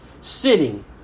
sitting